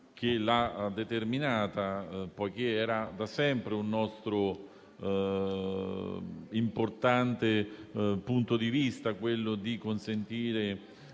che l'ha determinata, poiché era da sempre un nostro importante punto di vista quello di consentire